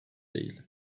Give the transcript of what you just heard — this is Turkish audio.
değil